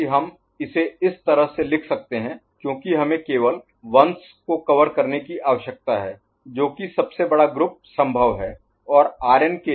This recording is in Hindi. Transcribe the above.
इसलिए तो जैसा कि हम इसे इस तरह से लिख सकते हैं क्योंकि हमें केवल 1s को कवर करने की आवश्यकता है जो कि सबसे बड़ा ग्रुप Group समूह संभव है